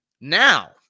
now